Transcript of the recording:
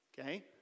Okay